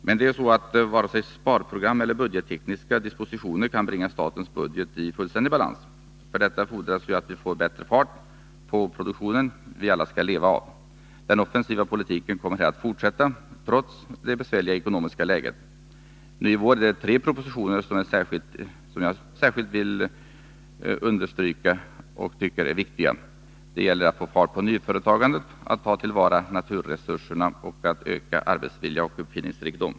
Men varken sparprogram eller budgettekniska dispositioner kan bringa statens budget i fullständig balans. För detta fordras att vi får bättre fart på den produktion vi alla skall leva av. Den offensiva politiken kommer här att fortsätta trots det besvärliga ekonomiska läget. Nu i vår är det tre propositioner som jag tycker är särskilt viktiga när det gäller att få fart på nyföretagandet, att ta till vara naturresurserna och att öka arbetsvilja och uppfinningsrikedom.